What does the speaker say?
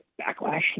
backlash